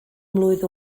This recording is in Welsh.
mlwydd